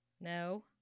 No